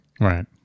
Right